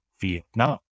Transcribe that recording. Vietnam